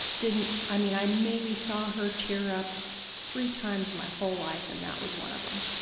didn't, i mean, i maybe saw her tear up three times in my whole life, and that was one of them.